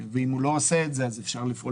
ואם הוא לא עושה את זה אז אפשר לפעול